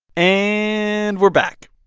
and we're back.